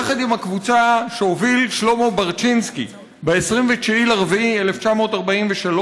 יחד עם הקבוצה שהוביל שלמה ברצ'ינסקי ב-29 באפריל 1943,